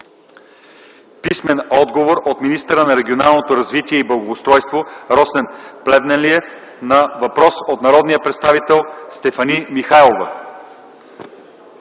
Иван Иванов; - от министъра на регионалното развитие и благоустройството Росен Плевнелиев на въпрос от народния представител Стефани Михайлова;